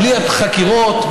בלי החקירות,